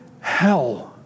hell